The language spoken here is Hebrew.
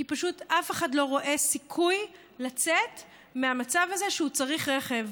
כי פשוט אף אחד לא רואה סיכוי לצאת מהמצב הזה שהוא צריך רכב.